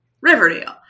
Riverdale